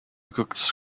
klux